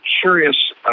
curious